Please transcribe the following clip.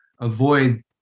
avoid